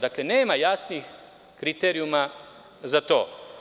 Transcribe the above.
Dakle, nema jasnih kriterijuma za to.